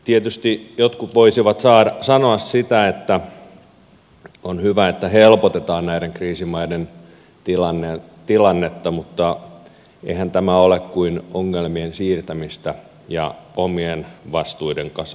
tietysti jotkut voisivat sanoa että on hyvä että helpotetaan näiden kriisimaiden tilannetta mutta eihän tämä ole kuin ongelmien siirtämistä ja omien vastuiden kasvattamista